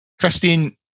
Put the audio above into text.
Christine